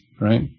right